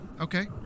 okay